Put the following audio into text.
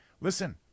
listen